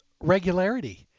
regularity